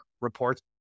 reports